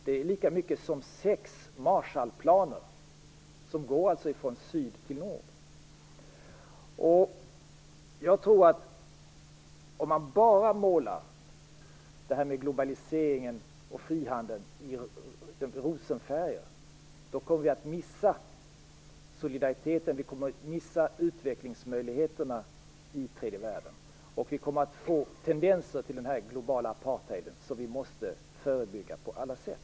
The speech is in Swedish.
Det är lika mycket som sex Marshallplaner, som alltså går från syd till nord. Jag tror att om man bara målar globaliseringen och frihandeln i rosenfärger kommer vi att missa solidariteten och utvecklingsmöjligheterna i tredje världen. Vi kommer att få tendenser till en global apartheid. Den måste vi förebygga på alla sätt.